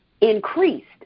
increased